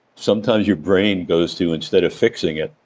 sometimes your brain goes to instead of fixing it,